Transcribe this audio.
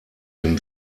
dem